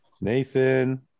Nathan